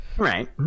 Right